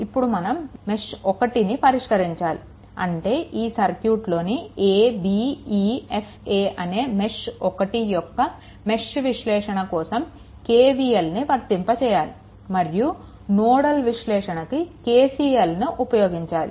ఇప్పుడు మనం మెష్1 ని పరిష్కరించాలి అంటే ఈ సర్క్యూట్లోని a b e f a అనే మెష్1 యొక్క మెష్ విశ్లేషణ కోసం KVLని వర్తింపజేయాలి మరియు నోడల్ విశ్లేషణకి KCLని ఉపయోగించాలి